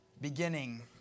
beginning